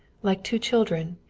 like two children,